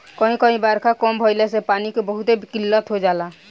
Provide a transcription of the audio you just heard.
कही कही बारखा कम भईला से पानी के बहुते किल्लत हो जाला